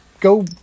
go